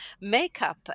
makeup